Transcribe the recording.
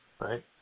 right